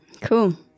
cool